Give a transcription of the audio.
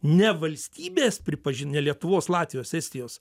ne valstybės pripažin ne lietuvos latvijos estijos